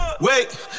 Wait